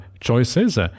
choices